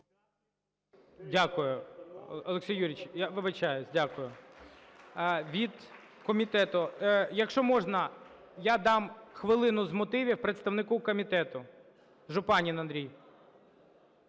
Дякую, Олексій Юрійович. Я вибачаюся. Дякую. Від комітету… Якщо можна, я дам хвилину з мотивів представнику комітету. Жупанин Андрій.